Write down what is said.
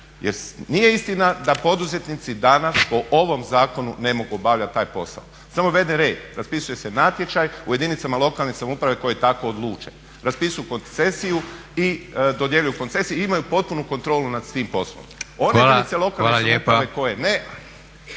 Jer nije istina da poduzetnici danas po ovom zakonu ne mogu obavljati taj posao. Samo je uveden red, raspisuje se natječaj u jedinicama lokalne samouprave koje tako odluče. Raspisuju koncesiju i dodjeljuju koncesije i imaju potpunu kontrolu nad tim poslom. **Leko, Josip